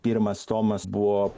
pirmas tomas buvo